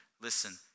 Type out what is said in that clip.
Listen